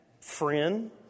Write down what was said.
friend